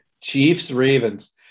Chiefs-Ravens